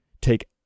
take